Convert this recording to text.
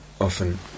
often